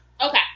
Okay